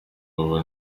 ubu